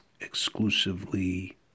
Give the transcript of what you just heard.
exclusively